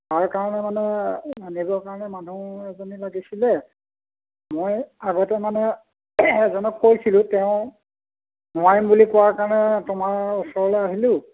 তাৰ কাৰণে মানে ৰান্ধিবৰ কাৰণে মানুহ এজনী লাগিছিলে মই আগতে মানে এজনক কৈছিলো তেওঁ নোৱাৰিম বুলি কোৱা কাৰণে তোমাৰ ওচৰলৈ আহিলো